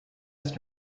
best